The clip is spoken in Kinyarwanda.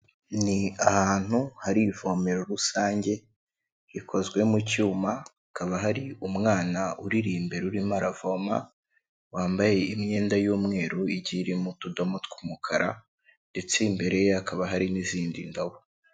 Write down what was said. Ni ahantu hari ivomero rusange, rikozwe mu cyuma, kaba hari umwana uriri imbere urimo aravoma, wambaye imyenda y'umweru igiye irimo utudomo tw'umukara, ndetse imbere ye, hakaba hari n'izindi ndobo.